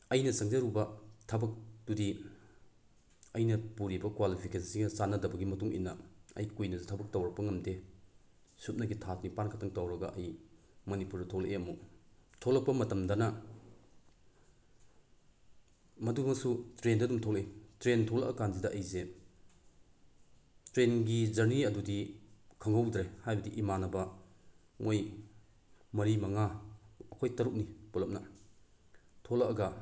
ꯑꯩꯅ ꯆꯪꯖꯔꯨꯕ ꯊꯕꯛꯇꯨꯗꯤ ꯑꯩꯅ ꯄꯨꯔꯤꯕ ꯀ꯭ꯋꯥꯂꯤꯐꯤꯀꯦꯁꯟꯁꯤꯒ ꯆꯥꯅꯗꯕꯒꯤ ꯃꯇꯨꯡꯏꯟꯅ ꯑꯩ ꯀꯨꯏꯅꯁꯨ ꯊꯕꯛ ꯇꯧꯔꯛꯄ ꯉꯝꯗꯦ ꯁꯨꯞꯅꯒꯤ ꯊꯥ ꯅꯤꯄꯥꯜ ꯈꯛꯇꯪ ꯇꯧꯔꯒ ꯑꯩ ꯃꯅꯤꯄꯨꯔꯗ ꯊꯣꯛꯂꯛꯑꯦ ꯑꯃꯨꯛ ꯊꯣꯛꯂꯛꯄ ꯃꯇꯝꯗꯅ ꯃꯗꯨꯒꯁꯨ ꯇ꯭ꯔꯦꯟꯗ ꯑꯗꯨꯝ ꯊꯣꯛꯂꯛꯏ ꯇ꯭ꯔꯦꯟ ꯊꯣꯛꯂꯛꯑꯀꯥꯟꯁꯤꯗ ꯑꯩꯁꯦ ꯇ꯭ꯔꯦꯟꯒꯤ ꯖꯔꯅꯤ ꯑꯗꯨꯗꯤ ꯈꯪꯍꯧꯗ꯭ꯔꯦ ꯍꯥꯏꯕꯗꯤ ꯏꯃꯥꯟꯅꯕ ꯃꯣꯏ ꯃꯔꯤ ꯃꯉꯥ ꯑꯩꯈꯣꯏ ꯇꯔꯨꯛꯅꯤ ꯄꯨꯂꯞꯅ ꯊꯣꯛꯂꯛꯑꯒ